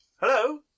hello